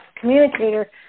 communicator